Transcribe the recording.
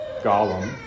Gollum